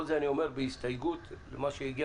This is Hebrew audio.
כל זה אני אומר בהסתייגות למה שהגיע